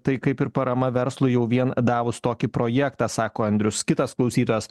tai kaip ir parama verslui jau vien davus tokį projektą sako andrius kitas klausytojas